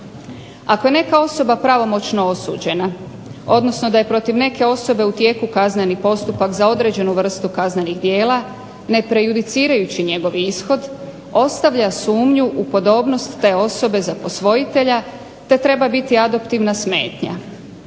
Ako je neka osoba pravomoćno osuđena, odnosno da je protiv neke osobe u tijeku kazneni postupak za određenu vrstu kaznenih djela, ne prejudicirajući njegov ishod, ostavlja sumnju u podobnost te osobe za posvojitelja, te treba biti adaptivna smetnja.